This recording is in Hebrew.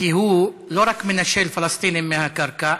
כי הוא לא רק מנשל פלסטינים מהקרקע,